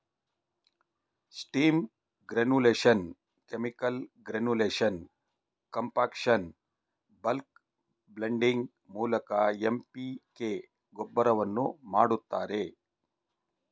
steam granulation, chemical granulation, compaction, bulk blending ಮೂಲಕ MPK ಗೊಬ್ಬರಗಳನ್ನು ಮಾಡ್ತರೆ